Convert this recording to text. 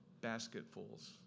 basketfuls